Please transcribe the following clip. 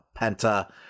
penta